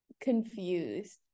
confused